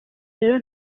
rero